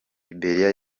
liberia